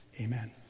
Amen